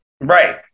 Right